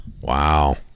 wow